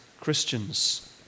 Christians